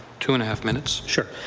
two-and-a-half minutes. sure.